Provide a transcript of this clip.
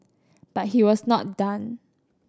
but he was not done